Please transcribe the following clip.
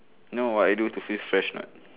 know what I do to feel fresh not